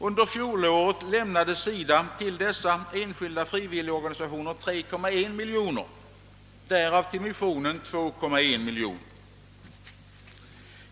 Under fjolåret lämnade SIDA till dessa enskilda frivilligorganisationer 3,1 miljoner, därav till missionen 2,1 miljoner.